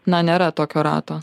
na nėra tokio rato